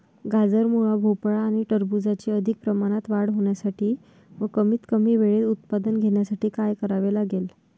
गाजर, मुळा, भोपळा आणि टरबूजाची अधिक प्रमाणात वाढ होण्यासाठी व कमीत कमी वेळेत उत्पादन घेण्यासाठी काय करावे लागेल?